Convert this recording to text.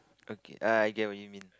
okay I get what you meant